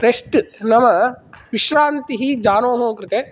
rest नाम विश्रान्तिः जानोः कृते